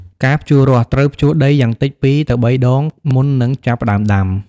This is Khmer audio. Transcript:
ការភ្ជួររាស់ ត្រូវភ្ជួរដីយ៉ាងតិច ២ ទៅ ៣ ដង មុននឹងចាប់ផ្តើមដាំ។